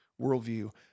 worldview